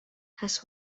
has